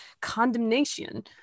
condemnation